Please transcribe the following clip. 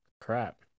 crap